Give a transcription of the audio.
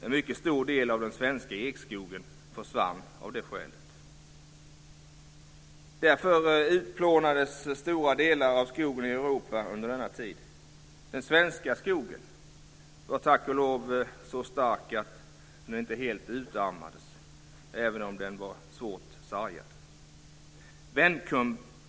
En mycket stor del av den svenska ekskogen försvann av det skälet. Därför utplånades stora delar av skogen i Europa under denna tid. Den svenska skogen var tack och lov så stark att den inte helt utarmades, även om den var svårt sargad.